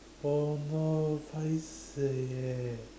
oh no paiseh eh